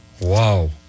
Wow